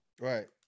Right